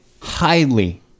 highly